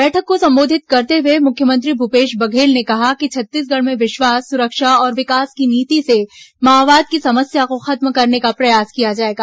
बैठक को संबोधित करते हुए मुख्यमंत्री भूपेश बघेल ने कहा कि छत्तीसगढ़ में विश्वास सुरक्षा और विकास की नीति से माओवाद की समस्या को खत्म करने का प्रयास किया जाएगा